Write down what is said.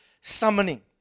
summoning